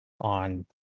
on